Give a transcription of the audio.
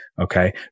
Okay